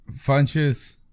Funches